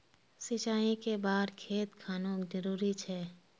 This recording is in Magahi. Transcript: सिंचाई कै बार खेत खानोक जरुरी छै?